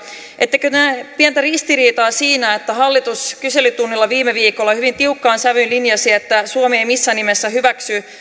ettekö näe pientä ristiriitaa siinä että hallitus kyselytunnilla viime viikolla hyvin tiukkaan sävyyn linjasi että suomi ei missään nimessä hyväksy